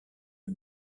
est